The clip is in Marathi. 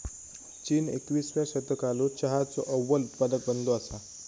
चीन एकविसाव्या शतकालो चहाचो अव्वल उत्पादक बनलो असा